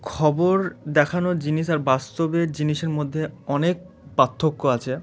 খবর দেখানো জিনিস আর বাস্তবের জিনিসের মধ্যে অনেক পার্থক্য আছে